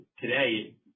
today